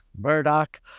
Murdoch